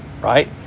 Right